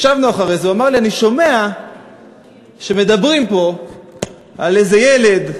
הוא אמר לי: אני שומע שמדברים פה על איזה ילד,